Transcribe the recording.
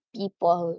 people